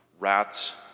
Rats